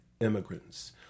immigrants